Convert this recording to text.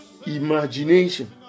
imagination